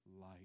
light